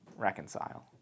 reconcile